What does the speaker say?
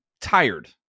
tired